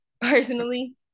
personally